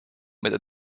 mida